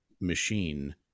machine